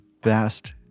best